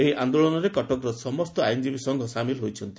ଏହି ଆଦୋଳନରେ କଟକର ସମସ୍ତ ଆଇନଜୀବୀ ସଂଘ ସାମିଲ୍ ହୋଇଛନ୍ତି